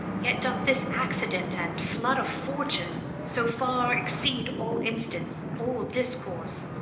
yet doth this accident and flood of fortune so far exceed all instance, all discourse,